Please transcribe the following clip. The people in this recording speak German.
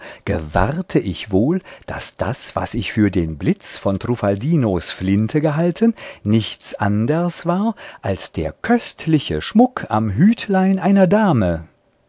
gewahrte ich wohl daß das was ich für den blitz von truffaldinos flinte gehalten nichts anders war als der köstliche schmuck am hütlein einer dame